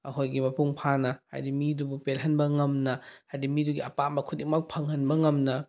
ꯑꯩꯈꯣꯏꯒꯤ ꯃꯄꯨꯡ ꯐꯥꯅ ꯍꯥꯏꯗꯤ ꯃꯤꯗꯨꯕꯨ ꯄꯦꯜꯍꯟꯕ ꯉꯝꯅ ꯍꯥꯏꯗꯤ ꯃꯤꯗꯨꯒꯤ ꯑꯄꯥꯝꯕ ꯈꯨꯗꯤꯡꯃꯛ ꯐꯪꯍꯟꯕ ꯉꯝꯅ